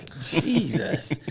Jesus